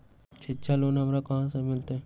शिक्षा लोन हमरा कहाँ से मिलतै?